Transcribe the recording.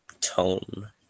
tone